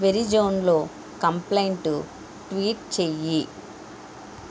వెరిజోన్లో complaint tweet చెయ్యి